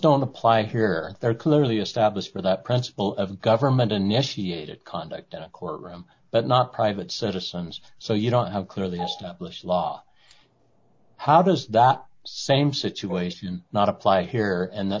don't apply here they're clearly established for that principle of government and yes you conduct in a court room but not private citizens so you don't have clearly established law how does that same situation not apply here and